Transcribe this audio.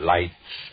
Lights